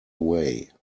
way